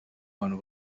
bantu